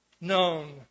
known